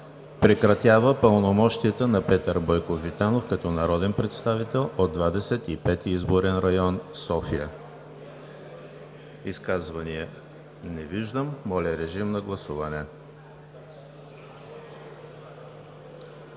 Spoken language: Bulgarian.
Прекратява пълномощията на Петър Бойков Витанов като народен представител от Двадесет и пети изборен район София.“ Изказвания? Не виждам. Моля, режим на гласуване.